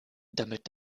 damit